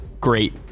great